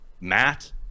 Matt